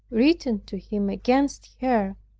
written to him against her,